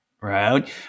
right